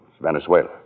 Venezuela